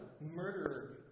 murderer